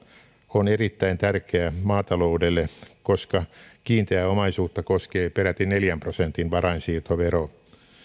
on erittäin tärkeä maataloudelle koska kiinteää omaisuutta koskee peräti neljän prosentin varainsiirtovero